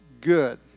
good